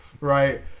right